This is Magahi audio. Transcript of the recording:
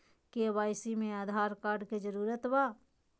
के.वाई.सी में आधार कार्ड के जरूरत बा?